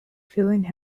feeling